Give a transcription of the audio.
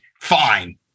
fine